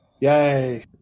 Yay